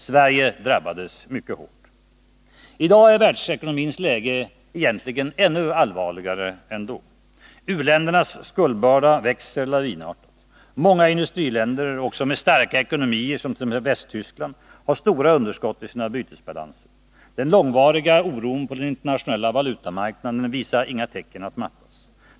Sverige drabbades mycket hårt. I dag är världsekonomins läge egentligen ännu allvarligare än då. U-ländernas skuldbörda växer lavinartat. Många industriländer, också sådana med starka ekonomier, som t.ex. Västtyskland, har stora underskott isina bytesbalanser. Den långvariga oron på den internationella valutamarknaden visar inga tecken på att mattas.